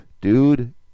dude